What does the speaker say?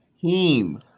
team